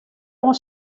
oan